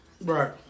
right